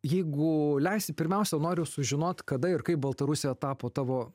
jeigu leisi pirmiausia noriu sužinot kada ir kaip baltarusija tapo tavo